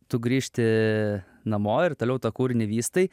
tu grįžti namo ir toliau tą kūrinį vystai